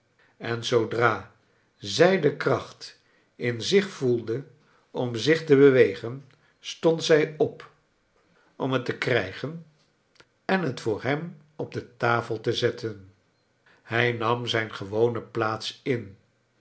en zoodra zij de kracht in zich voelde om zich te bewegen stond zij op om het te krijcharles dickens gen en het voor hem op de tafel te zetten hij nam zijn gewone plaats in